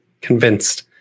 convinced